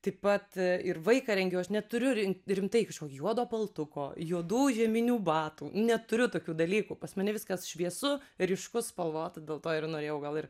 taip pat ir vaiką rengiu aš neturiu rim rimtai kažkokį juodą baltuko juodų žieminių batų neturiu tokių dalykų pas mane viskas šviesu ryšku spalvota dėl to ir norėjau gal ir